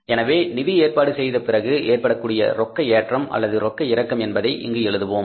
எனவே நிதி ஏற்பாடு செய்த பிறகு ஏற்படக்கூடிய ரொக்க ஏற்றம் அல்லது ரொக்க இறக்கம் என்பதை இங்கு எழுதுவோம்